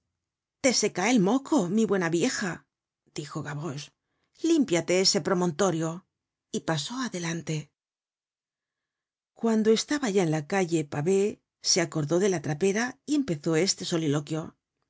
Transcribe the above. te se cae el moco mi buena vieja dijo gavroche limpiate ese promontorio y pasó adelante cuando estaba ya en la calle pavée se acordó de la trapera y empezó este soliloquio